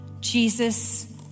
Jesus